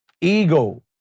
ego